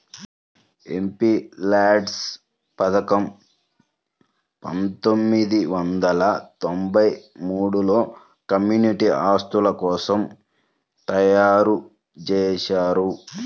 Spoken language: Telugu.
ఎంపీల్యాడ్స్ పథకం పందొమ్మిది వందల తొంబై మూడులో కమ్యూనిటీ ఆస్తుల కోసం తయ్యారుజేశారు